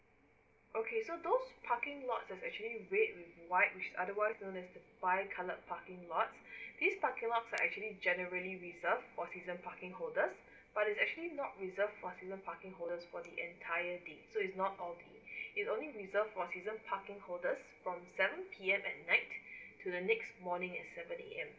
okay so those parking lot does actually red white which is otherwise white colour parking lot this parking lot are actually generally reserve for season parking holder but is actually not reserve for season parking holder for the entire day so is not all day it only reserve for season parking holders from seven P_M and next to the next morning at seven A_M